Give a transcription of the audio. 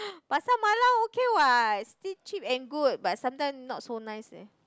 Pasar-Malam okay what still cheap and good but sometimes not so nice leh